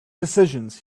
decisions